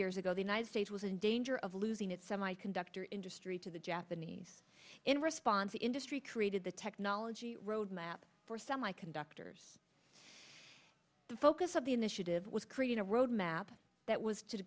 years ago the united states was in danger of losing its semiconductor industry to the japanese in response the industry created the technology roadmap for semiconductors the focus of the initiative was creating a roadmap that was to